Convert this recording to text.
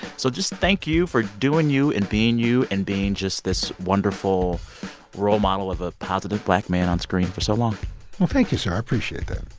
so just thank you for doing you, and being you and being just this wonderful role model of a positive black man on screen for so long well, thank you, sir. i appreciate that